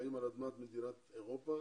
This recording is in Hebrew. שחיים על אדמת מדינות אירופה